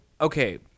okay